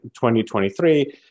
2023